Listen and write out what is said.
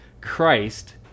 Christ